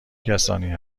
کسانی